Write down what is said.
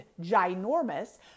ginormous